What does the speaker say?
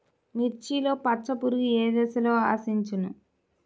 మిర్చిలో పచ్చ పురుగు ఏ దశలో ఆశించును?